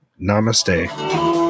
Namaste